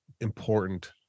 important